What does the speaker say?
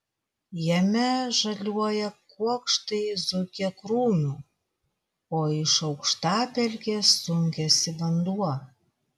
jame žaliuoja kuokštai zuikiakrūmių o iš aukštapelkės sunkiasi vanduo